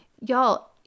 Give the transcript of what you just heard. Y'all